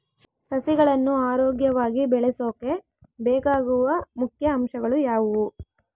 ಸಸಿಗಳನ್ನು ಆರೋಗ್ಯವಾಗಿ ಬೆಳಸೊಕೆ ಬೇಕಾಗುವ ಮುಖ್ಯ ಅಂಶಗಳು ಯಾವವು?